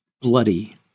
bloody